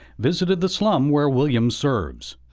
visited the slum where williams serves.